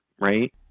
right